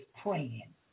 praying